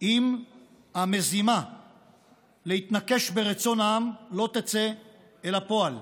אם המזימה להתנקש ברצון העם לא תצא אל הפועל.